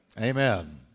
Amen